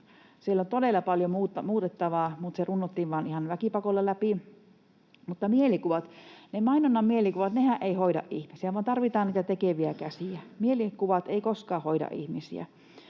Siellä on todella paljon muutettavaa, mutta se vain runnottiin ihan väkipakolla läpi, vaikka eiväthän ne mainonnan mielikuvat hoida ihmisiä vaan tarvitaan niitä tekeviä käsiä. Mielikuvat eivät koskaan hoida ihmisiä.